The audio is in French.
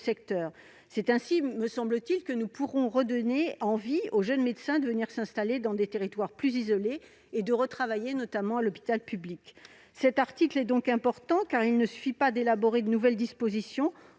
C'est ainsi, me semble-t-il, que nous pourrons redonner envie aux jeunes médecins de venir s'installer dans des territoires plus isolés et de travailler à l'hôpital public. Cet article est important, car il ne suffit pas d'élaborer de nouvelles dispositions